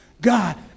God